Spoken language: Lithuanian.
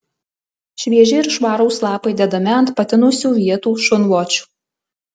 švieži ir švarūs lapai dedami ant patinusių vietų šunvočių